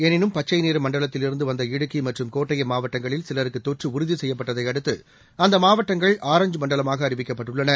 எனினும்பச்சைநிறமண்டலத்தில்இருந்துவந்தஇடுக்கிமற்றும்கோட்டயம்மாவட்டங்களில்சி லருக்குதொற்றுஉறுதிசெய்யப்பட்டதைஅடுத்துஅந்தமாவட்டங்கள்ஆரஞ்சுமண்டலமாகஅறி விக்கப்பட்டுள்ளன